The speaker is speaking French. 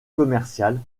commerciale